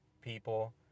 people